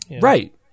Right